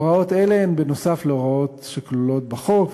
הוראות אלה הן נוסף על הוראות שכלולות בחוק,